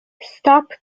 stop